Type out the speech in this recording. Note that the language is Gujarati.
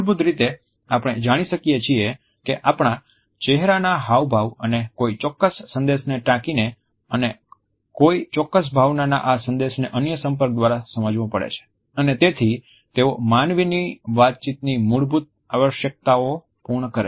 મૂળભૂત રીતે આપણે જાણી શકીએ છીએ કે આપણા ચહેરાના હાવભાવ અને કોઈ ચોક્કસ સંદેશને ટાંકીને અને કોઈ ચોક્કસ ભાવનાના આ સંદેશને અન્ય સંપર્ક દ્વારા સમજાવો પડે છે અને તેથી તેઓ માનવીની વાતચીતની મૂળભૂત આવશ્યકતાઓ પૂર્ણ કરે છે